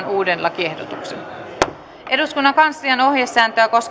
uudeksi eduskunnan kanslian ohjesäännöksi